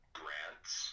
grants